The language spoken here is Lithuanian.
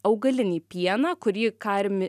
augalinį pieną kurį ką ir mi